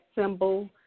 symbol